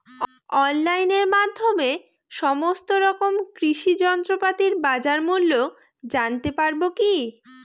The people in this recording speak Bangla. অনলাইনের মাধ্যমে সমস্ত রকম কৃষি যন্ত্রপাতির বাজার মূল্য জানতে পারবো কি?